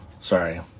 sorry